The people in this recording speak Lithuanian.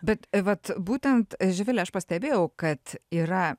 bet vat būtent živile aš pastebėjau kad yra